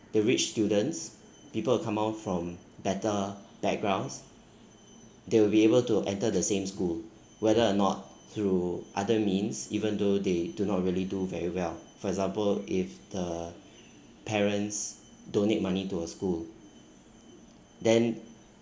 the rich students people who come out from better backgrounds they will be able to enter the same school whether or not through other means even though they do not really do very well for example if the parents donate money to a school then